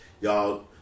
Y'all